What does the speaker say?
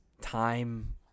time